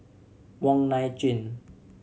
Wong Nai Chin